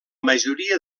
majoria